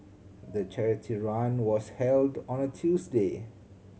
the charity run was held on a Tuesday